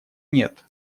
нет